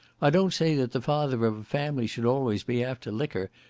i don't say that the father of a family should always be after liquor,